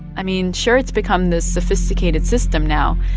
i mean, sure, it's become this sophisticated system now.